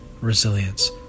Resilience